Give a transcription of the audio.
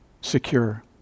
Secure